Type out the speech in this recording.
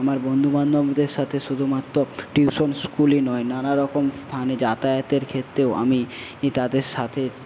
আমার বন্ধুবান্ধবদের সাথে শুধুমাত্র টিউশন স্কুলই নয় নানারকম স্থানে যাতায়াতের ক্ষেত্রেও আমি তাদের সাথে